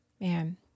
Man